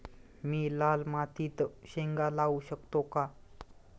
मी लाल मातीत शेंगा लावू शकतो का?